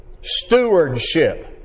Stewardship